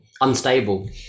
unstable